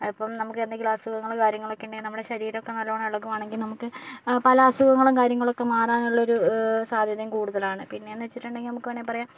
അപ്പവും നമുക്ക് എന്തെങ്കിലും അസുഖങ്ങൾ കാര്യങ്ങളൊക്കെ ഉണ്ടെങ്കിൽ നമ്മുടെ ശരീരമൊക്കെ നല്ലവണ്ണം ഇളകുകയാണെങ്കിൽ നമുക്ക് പല അസുഖങ്ങളും കാര്യങ്ങളൊക്കെ മാറാനുള്ള ഒരു സാധ്യതയും കൂടുതലാണ് പിന്നെ എന്ന് വെച്ചിട്ടുണ്ടങ്കിൽ നമുക്ക് വേണമെങ്കിൽ പറയാം